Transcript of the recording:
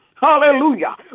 Hallelujah